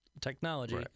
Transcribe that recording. technology